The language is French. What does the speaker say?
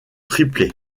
triplé